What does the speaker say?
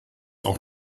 auch